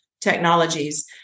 technologies